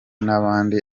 n’abandi